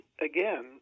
again